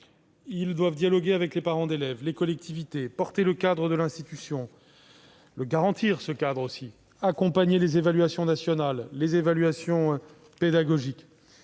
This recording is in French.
ils doivent dialoguer avec les parents d'élèves, les collectivités, porter le cadre de l'institution et le garantir, accompagner les évaluations nationales et les évolutions pédagogiques.